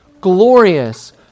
glorious